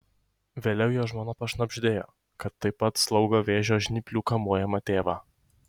vėliau jo žmona pašnabždėjo kad taip pat slaugo vėžio žnyplių kamuojamą tėvą